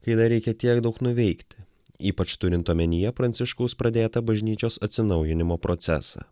kai dar reikia tiek daug nuveikti ypač turint omenyje pranciškaus pradėtą bažnyčios atsinaujinimo procesą